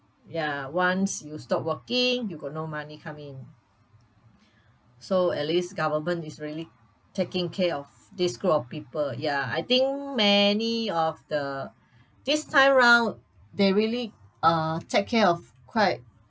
ya once you stop working you got no money come in so at least government is really taking care of this group of people ya I think many of the this time round they really uh take care of quite